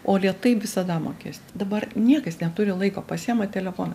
o lėtai visada mokės dabar niekas neturi laiko pasiima telefoną